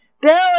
Billy